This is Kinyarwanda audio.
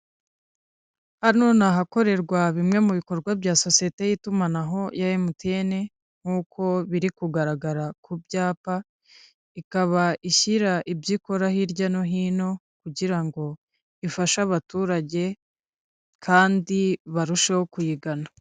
Hano ni ahakorerwa bimwe mu bikorwa bya sosiyete y'itumanaho ya MTN nk'uko biri kugaragara ku byapa, ikaba ishyira ibyo ikora hirya no hino, kugira ngo ifashe abaturage kandi barusheho kuyigana.